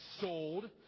sold